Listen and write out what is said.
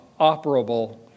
operable